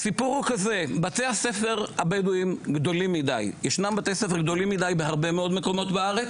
בילדי ישראל ולא משנה מאיזה מגזר לטווח הארוך זו